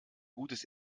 gutes